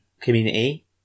community